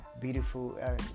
beautiful